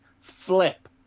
flip